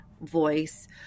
voice